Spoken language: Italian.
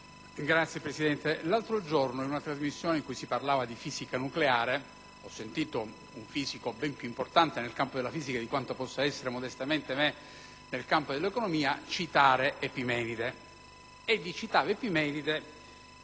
Signor Presidente, l'altro giorno, in una trasmissione in cui si parlava di fisica nucleare, ho sentito un fisico ben più importante nel campo della fisica di quanto modestamente possa essere io nel campo dell'economia, citare Epimenide con riferimento